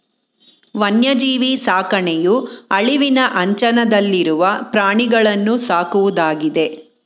ವನ್ಯಜೀವಿ ಸಾಕಣೆಯು ಅಳಿವಿನ ಅಂಚನಲ್ಲಿರುವ ಪ್ರಾಣಿಗಳನ್ನೂ ಸಾಕುವುದಾಗಿದೆ